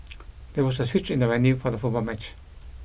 there was a switch in the venue for the football match